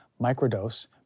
microdose